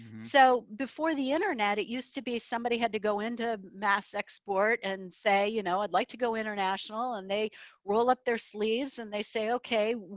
so before the internet, it used to be, somebody had to go into mass export and say, you know i'd like to go international and they roll up their sleeves and they say, okay,